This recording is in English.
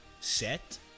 set